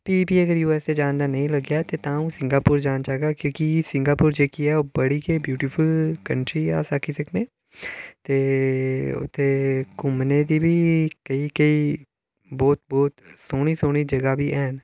फ्ही बी अगर यू एस ए जाने दा नेईं लग्गेआ तां अ'ऊ सिगांपुर जाना चाह्गा क्योकि सिगांपुर जेह्की ऐ ओह् बड़ी गै ब्यूटीफुल कंट्री ऐ अस आक्खी सकने ते उत्थै घुम्मने दे बी केईं केईं बहुत बहुत सोह्नी सोह्नी जगह बी हैन